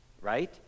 Right